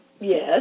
Yes